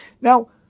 Now